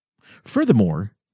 Furthermore